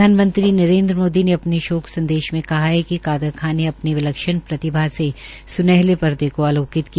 प्रधानमंत्री नरेन्द्र मोदी ने अपने शोक संदेश मे कहा कि कादरखां ने अपनी विलक्षण प्रतिभा से सुनहले पर्दे को आलोकित किया